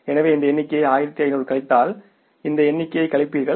எனவே இந்த எண்ணிக்கையை 1500 கழித்தால் இந்த எண்ணிக்கையை கழிப்பீர்கள்